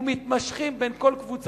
עם כל קבוצה,